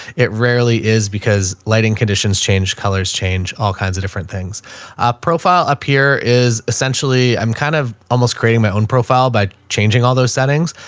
it rarely is because lighting conditions change, colors change, all kinds of different things. a profile up here is essentially, i'm kind of almost creating my own profile by changing all those settings.